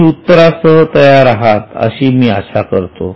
तुम्ही उत्तरासह तयार आहात अशी मी आशा करतो